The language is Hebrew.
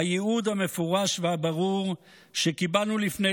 הייעוד המפורש והברור שקיבלנו לפני